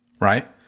Right